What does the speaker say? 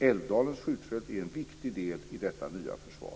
Älvdalens skjutfält är en viktig del i detta nya försvar.